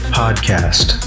podcast